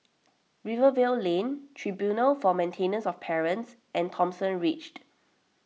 Rivervale Lane Tribunal for Maintenance of Parents and Thomson Ridge